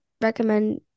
recommend